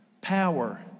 power